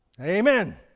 Amen